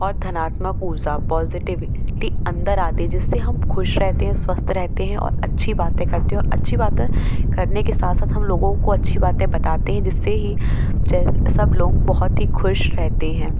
और धनात्मक ऊर्जा पाज़िटिवटी अंदर अति है जिससे हम खुश रहते हैं स्वस्थ रहते है और अच्छी बातें करते हैं और अच्छी बात करने के साथ साथ हम लोगों को अच्छी बातें बताते है जिससे ही चाहे सब लोग बहुत ही खुश रहते हैं